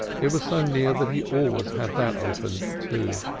it was so near that he always had that opened, too.